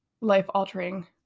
life-altering